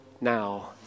now